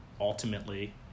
ultimately